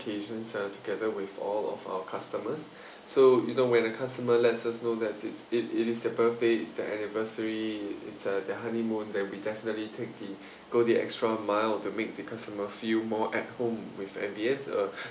occasions uh together with all of our customers so you know when a customer lets us know that it is their birthday it is the anniversary it's uh their honeymoon then we definitely take the go the extra mile to make the customer feel more at home with M_B_S uh